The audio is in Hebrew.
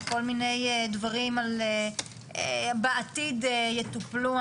וכל מיני דברים בעתיד יטופלו.